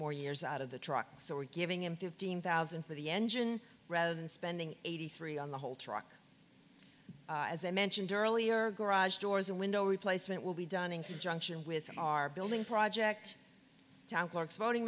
more years out of the truck so we're giving him fifteen thousand for the engine rather than spending eighty three on the whole truck as i mentioned earlier garage doors and windows replacement will be done in conjunction with our building project clarks voting